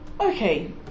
Okay